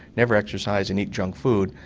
never exercise, and eat junk food,